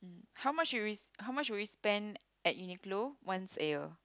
how much will you how much will you spend at Uniqlo once a year